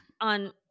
on